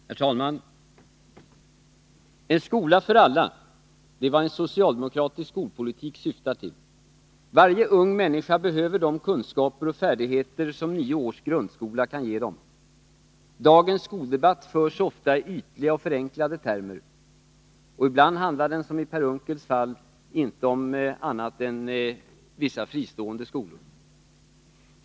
Herr talman! En skola för alla — det är vad en socialdemokratisk skolpolitik syftar till. Varje ung människa behöver de kunskaper och färdigheter som nio års grundskola kan ge. Dagens skoldebatt förs ofta i ytliga och förenklade termer. Ibland handlar den, som i Per Unckels fall, inte om annat än vissa fristående skolor.